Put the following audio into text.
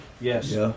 Yes